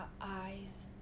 eyes